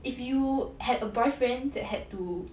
if you had a boyfriend that had to